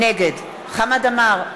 נגד חמד עמאר,